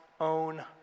own